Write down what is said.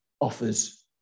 offers